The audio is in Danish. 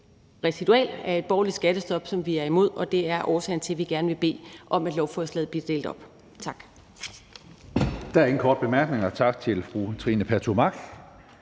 residual af et borgerligt skattestop, som vi er imod, og det er årsagen til, at vi gerne vil bede om, at lovforslaget bliver delt op. Tak.